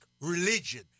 religion